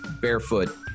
Barefoot